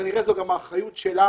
וכנראה זו גם האחריות שלה